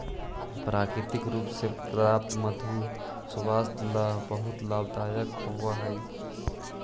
प्राकृतिक रूप से प्राप्त मधु स्वास्थ्य ला बहुत लाभदायक होवअ हई